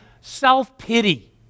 self-pity